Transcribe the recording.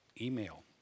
email